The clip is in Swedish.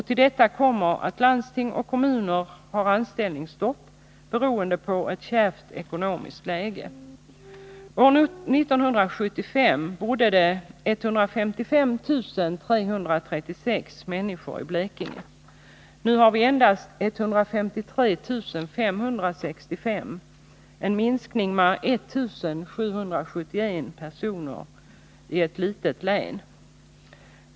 Till detta kommer att landsting och kommuner har anställningsstopp, beroende på ett kärvt ekonomiskt läge. År 1975 bodde det 155 336 människor i Blekinge. Nu har vi endast 153 565 — en minskning med 1771 personer i ett litet län.